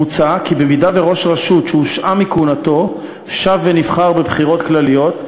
מוצע כי במידה שראש רשות שהושעה מכהונתו שב ונבחר בבחירות כלליות,